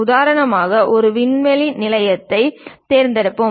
உதாரணமாக ஒரு விண்வெளி நிலையத்தைத் தேர்ந்தெடுப்போம்